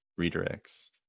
redirects